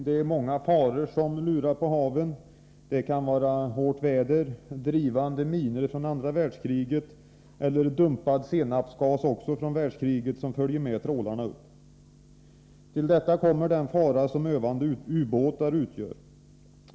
Det är många faror som lurar på haven — det kan vara hårt väder, drivande minor från andra världskriget eller dumpad senapsgas, också från andra världskriget, som följer med trålarna upp. Till detta kommer den fara som övande ubåtar utgör.